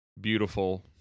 beautiful